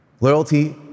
Loyalty